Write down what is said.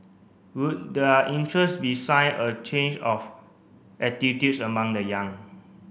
would their interest be sign of change of attitudes among the young